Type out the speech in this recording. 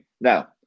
Now